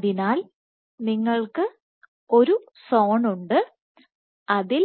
അതിനാൽ നിങ്ങൾക്ക് ഒരു സോൺ ഉണ്ട് അതിൽ